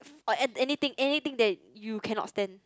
or an~ anything anything that you cannot stand